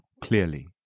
clearly